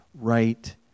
right